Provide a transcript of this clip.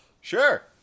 Sure